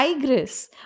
Tigress